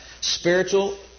spiritual